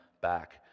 back